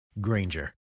Granger